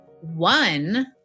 one